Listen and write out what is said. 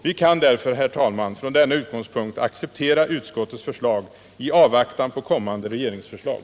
Vi kan därför, herr talman, från denna utgångspunkt acceptera utskottets förslag i avvaktan på kommande regeringsförslag.